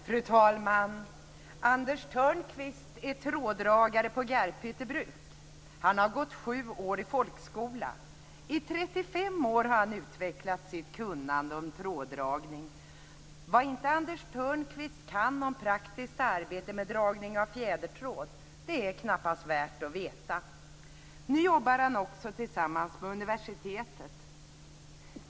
Fru talman! Anders Thörnqvist är tråddragare på Garphytte bruk. Han har gått sju år i folkskola. I 35 år har han utvecklat sitt kunnande om tråddragning. Vad inte Anders Thörnqvist kan om praktiskt arbete med dragning av fjädertråd är knappast värt att veta. Nu jobbar han också tillsammans med universitetet.